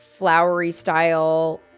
flowery-style